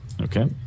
okay